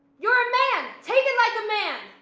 you're a man, take it like a man.